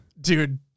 Dude